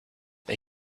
but